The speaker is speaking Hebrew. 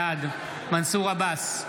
בעד מנסור עבאס,